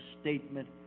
statement